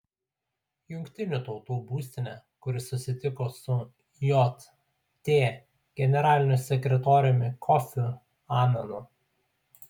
jungtinių tautų būstinę kur susitiko su jt generaliniu sekretoriumi kofiu ananu